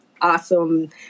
awesome